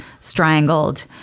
strangled